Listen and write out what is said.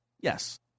Yes